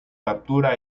captura